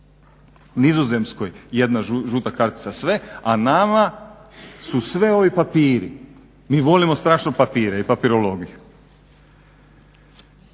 Nizozemskoj jedna žuta kartica, a nama su svi ovi papiri, mi volimo strašno papire i papirologiju.